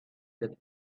that